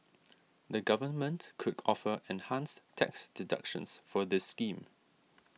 the government could offer enhanced tax deductions for this scheme